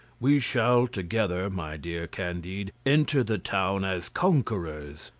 we shall together, my dear candide, enter the town as conquerors,